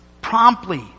promptly